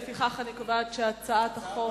לפיכך אני קובעת שהצעת החוק